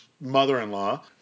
mother-in-law